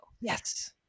Yes